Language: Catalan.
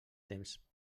temps